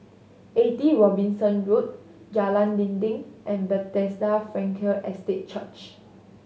Eighty Robinson Road Jalan Dinding and Bethesda Frankel Estate Church